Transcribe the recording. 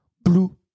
blue